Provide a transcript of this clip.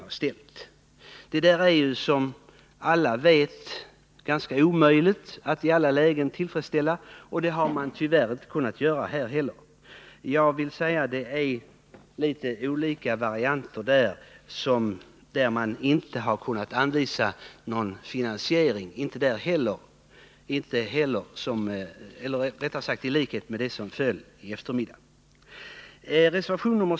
Som alla vet är Nr 110 det omöjligt att i alla lägen tillfredsställa alla krav, och det har inte heller kunnat ske i de här fallen. Det finns litet olika varianter, men man har inte kunnat anvisa någon finansiering, alldeles som beträffande de förslag som föll på eftermiddagen.